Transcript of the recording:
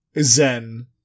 Zen